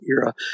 era